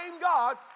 God